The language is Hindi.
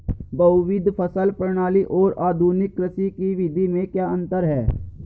बहुविध फसल प्रणाली और आधुनिक कृषि की विधि में क्या अंतर है?